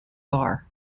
bar